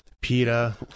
PETA